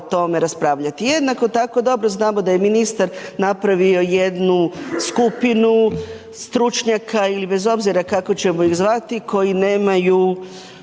tome raspravljati, Jednako tako, dobro znamo da je ministar napravio jednu skupinu stručnjaka ili bez obzira kako ćemo ih zvati, koji nemaju